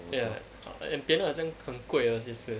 ya and piano 好像很贵 ah 其实